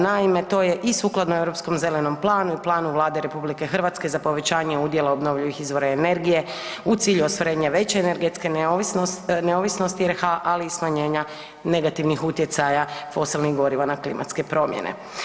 Naime, to je i sukladno Europskom zelenom planu i planu Vlade RH za povećanje udjela obnovljivih izvora energije u cilju ostvarenja veće energetske neovisnosti RH, ali i smanjenja negativnih utjecaja fosilnih goriva na klimatske promjene.